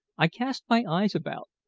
i cast my eyes about,